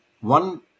one